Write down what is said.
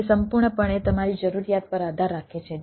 તે સંપૂર્ણપણે તમારી જરૂરિયાત પર આધાર રાખે છે